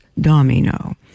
Domino